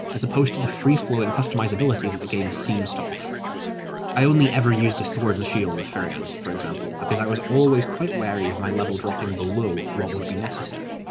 as opposed to the free-flowing customisability that the game seems to offer i only ever used a sword and shield as firion, for example, because i was always quite wary of my level dropping below what would be necessary,